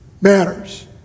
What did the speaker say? matters